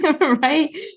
Right